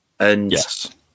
Yes